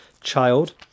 child